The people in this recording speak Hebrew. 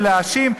ולהאשים,